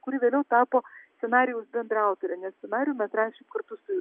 kuri vėliau tapo scenarijaus bendraautore nes scenarijų mes rašėm kartu su